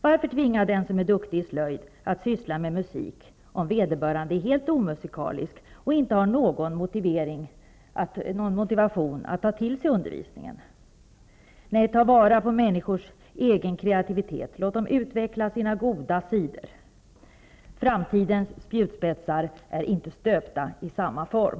Varför tvinga den som är duktig i slöjd att syssla med musik, om vederbörande är helt omusikalisk och inte har någon motivation att ta till sig undervisningen? Nej, ta vara på människors egen kreativitet! Låt dem utveckla sina goda sidor! Framtidens spjutspetsar är inte stöpta i samma form.